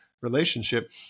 relationship